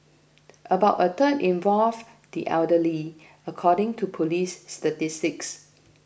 about a third involved the elderly according to police statistics